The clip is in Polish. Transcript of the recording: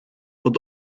pod